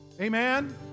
Amen